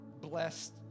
blessed